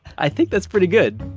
i think that's pretty good.